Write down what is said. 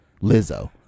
Lizzo